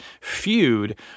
feud